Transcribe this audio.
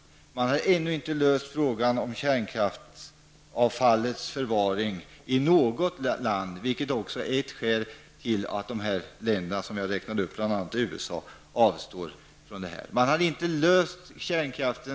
Man har ännu inte löst problemet med kärnkraftsavfallets förvaring i något land, vilket också är ett skäl till att de länder som jag räknade upp, bl.a. USA, avstår från fortsatta investeringar i kärnkraftverk.